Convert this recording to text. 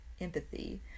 empathy